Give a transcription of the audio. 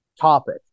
topic